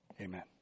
Amen